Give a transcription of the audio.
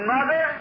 Mother